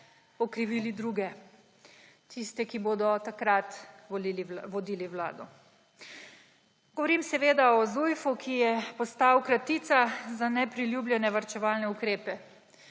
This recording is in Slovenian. Okrivili druge! Tiste, ki bodo takrat vodili vlado. Govorimo seveda o Zujfu, ki je postal kratica za nepriljubljene varčevalne ukrepe.